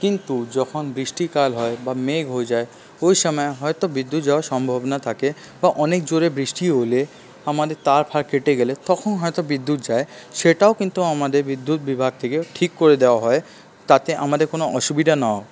কিন্তু যখন বৃষ্টিকাল হয় বা মেঘ হয়ে যায় ওইসময় হয়তো বিদ্যুৎ যাওয়ার সম্ভাবনা থাকে বা অনেক জোরে বৃষ্টি হলে আমাদের তার ফার কেটে গেলে তখন হয়তো বিদ্যুৎ যায় সেটাও কিন্তু আমাদের বিদ্যুৎ বিভাগ থেকে ঠিক করে দেওয়া হয় তাতে আমাদের কোনো অসুবিধা না হয়